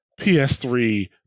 PS3